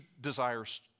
desires